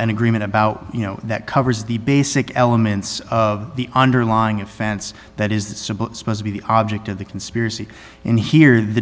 an agreement about you know that covers the basic elements of the underlying offense that is that supposed to be the object of the conspiracy in here the